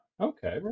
Okay